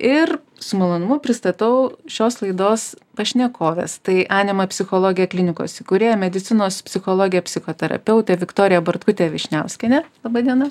ir su malonumu pristatau šios laidos pašnekoves tai anima psichologė klinikos įkūrėja medicinos psichologė psichoterapeutė viktorija bartkutė vyšniauskienė laba diena